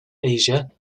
asia